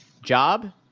job